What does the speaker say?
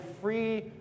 free